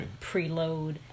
preload